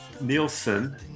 Nielsen